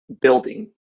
Building